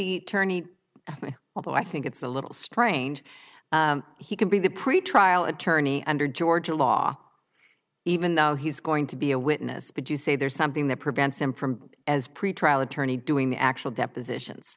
attorney although i think it's a little strange he can be the pretrial attorney under georgia law even though he's going to be a witness but you say there's something that prevents him from as pretrial attorney doing actual depositions